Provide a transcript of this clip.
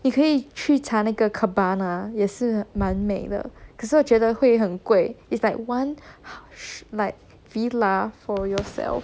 你可以去查那个 cabana 也是蛮美的可是我觉得会很贵 it's like one like villa for yourself